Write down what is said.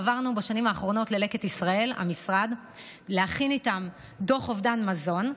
חברנו בשנים האחרונות ללקט ישראל להכין איתם דוח אובדן מזון,